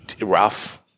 Rough